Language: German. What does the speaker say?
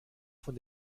von